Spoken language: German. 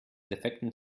defekten